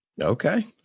Okay